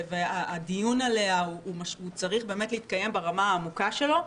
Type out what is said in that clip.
והדיון עליה צריך להתקיים ברמה העמוקה שלו.